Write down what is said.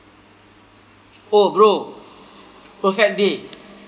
oh bro perfect day